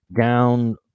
down